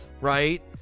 right